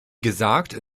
gesagt